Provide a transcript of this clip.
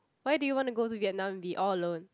why do you want to go to Vietnam to be all alone